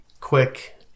quick